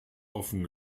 offen